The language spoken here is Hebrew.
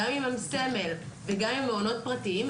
גם עם סמל וגם מעונות פרטיים,